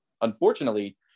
unfortunately